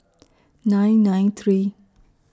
nine nine three